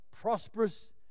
prosperous